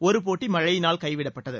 ஒரு போட்டி மழையினால் கைவிடப்பட்டது